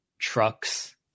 trucks